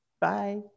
Bye